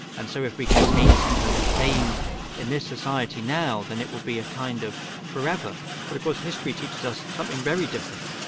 and so if we can attain some kind of fame in this society now then it will be a kind of forever but of course, history teaches us something very different.